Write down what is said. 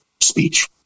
speech